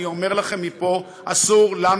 אני אומר לכם מפה: אסור לנו,